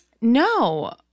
No